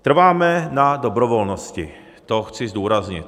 Trváme na dobrovolnosti, to chci zdůraznit.